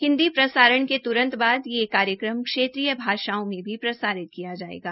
हिन्दी प्रसारण के तुरंत बाद यह कार्यक्रम क्षेत्रीय भाषाओं में भी प्रसारित किया जायेगा